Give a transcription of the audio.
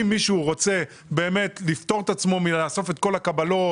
אם מישהו רוצה לפטור את עצמו מלאסוף את כל הקבלות,